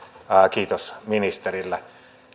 kiitos ministerille